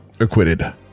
acquitted